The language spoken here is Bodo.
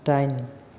दाइन